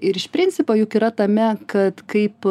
ir iš principo juk yra tame kad kaip